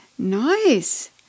Nice